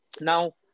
Now